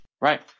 Right